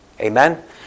Amen